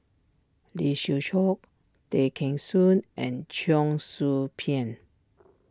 Lee Siew Choh Tay Kheng Soon and Cheong Soo Pieng